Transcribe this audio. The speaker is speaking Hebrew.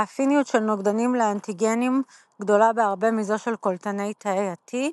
האפיניות של נוגדנים לאנטיגנים גדולה בהרבה מזו של קולטני תאי ה-T.